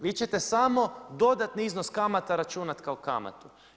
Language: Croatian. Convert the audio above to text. Vi ćete samo dodatni iznos kamata računati kao kamatu.